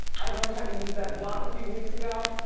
i learned how to use that block a few weeks ago.